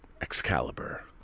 Excalibur